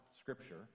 Scripture